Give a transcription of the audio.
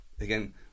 again